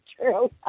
true